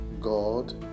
God